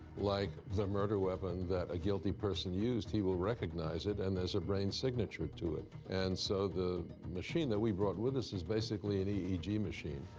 like the murder weapon that a guilty person used, he will recognize it, and there's a brain signature to it. and so, the machine that we brought with us is basically an eeg machine.